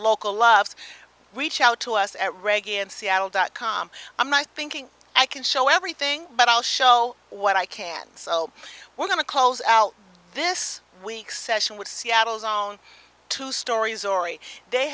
local loves reach out to us at reg in seattle dot com a my thinking i can show everything but i'll show what i can so we're going to calls out this week session with seattle's own two stories ori they